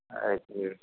ஆ